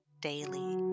daily